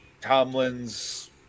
Tomlin's